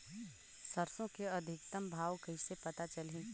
सरसो के अधिकतम भाव कइसे पता चलही?